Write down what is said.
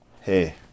Hey